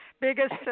biggest